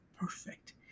perfect